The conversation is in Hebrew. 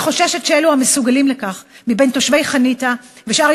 אם רצינו למשוך אוכלוסייה חדשה וחזקה,